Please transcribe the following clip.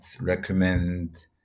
recommend